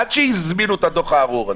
עד שהזמינו את הדוח הארור הזה.